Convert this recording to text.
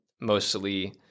mostly